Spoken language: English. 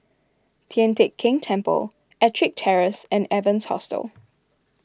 Tian Teck Keng Temple Ettrick Terrace and Evans Hostel